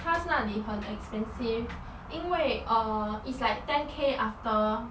cars 那里很 expensive 因为 uh it's like ten k after